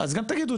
אז תגידו,